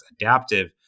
Adaptive